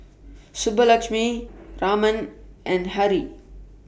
Subbulakshmi Raman and Hri